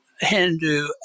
Hindu